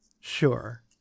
Sure